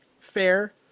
Fair